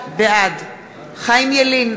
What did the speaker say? בעד חיים ילין,